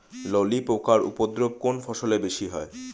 ললি পোকার উপদ্রব কোন ফসলে বেশি হয়?